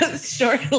Short